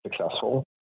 successful